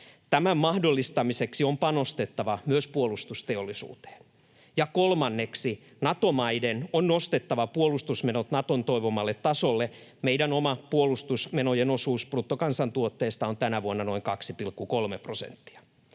Tämän mahdollistamiseksi on panostettava myös puolustusteollisuuteen. Ja kolmanneksi, Nato-maiden on nostatettava puolustusmenot Naton toivomalle tasolle. Meidän oma puolustusmenojen osuus bruttokansantuotteesta on tänä vuonna noin 2,3 prosenttia.